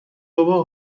بابا